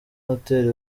hotel